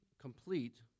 Complete